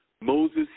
Moses